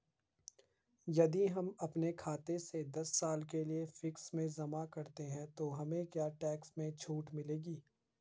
यदि हम अपने खाते से दस साल के लिए फिक्स में जमा करते हैं तो हमें क्या टैक्स में छूट मिलेगी?